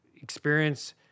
experience